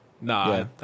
nah